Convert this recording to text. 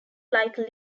like